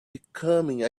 becoming